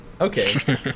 Okay